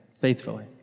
faithfully